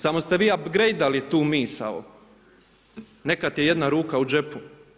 Samo ste vi abgrejdali tu misao neka ti je jedna ruka u džepu.